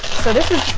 so this is